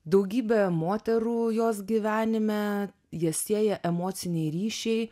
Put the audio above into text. daugybė moterų jos gyvenime jas sieja emociniai ryšiai